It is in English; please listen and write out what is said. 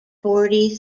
forty